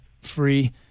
free